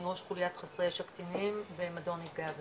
אני ראש חוליית חסרי ישע קטינים במדור נפגעי עבירה.